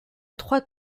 trois